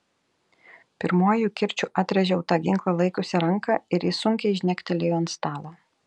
pirmuoju kirčiu atrėžiau tą ginklą laikiusią ranką ir ji sunkiai žnektelėjo ant stalo